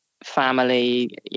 family